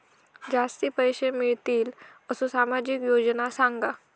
जास्ती पैशे मिळतील असो सामाजिक योजना सांगा?